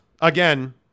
again